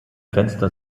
fenster